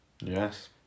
Yes